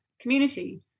community